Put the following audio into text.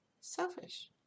selfish